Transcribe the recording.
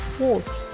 watch